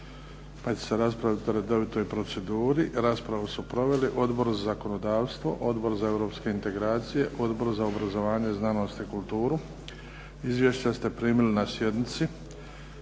pa će se raspravit u redovitoj proceduri. Raspravu su proveli Odbor za zakonodavstvo, Odbor za europske integracije, Odbor za obrazovanje, znanost i kulturu. Izvješća ste primili na sjednici.